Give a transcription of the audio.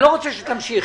אני לא רוצה שתמשיכי.